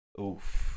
Oof